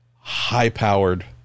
high-powered